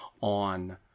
on